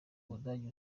budage